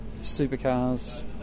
Supercars